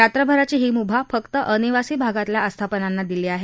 रात्रभराची ही मुभा फक्त अनिवासी भागातल्या आस्थापनांना दिली आहे